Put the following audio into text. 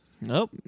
Nope